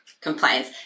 compliance